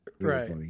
Right